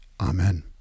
Amen